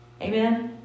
amen